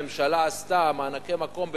הממשלה עשתה מענקי מקום.